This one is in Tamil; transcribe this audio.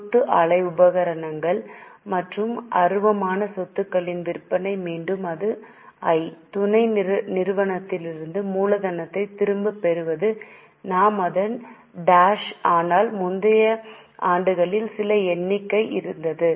சொத்து ஆலை உபகரணங்கள் மற்றும் அருவமான சொத்துக்களின் விற்பனை மீண்டும் அது I துணை நிறுவனத்திலிருந்து மூலதனத்தை திரும்பப் பெறுவது நான் அதன் டாஷ் ஆனால் முந்தைய ஆண்டுகளில் சில எண்ணிக்கை இருந்தது